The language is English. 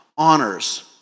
honors